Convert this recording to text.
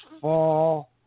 fall